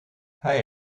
hij